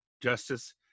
justice